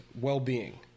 well-being